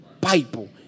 Bible